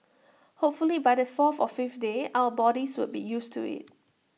hopefully by the fourth or fifth day our bodies would be used to IT